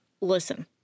listen